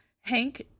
Hank